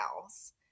house